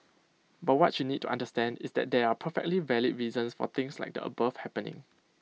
but what you need to understand is that there are perfectly valid reasons for things like the above happening